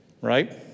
right